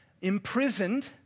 imprisoned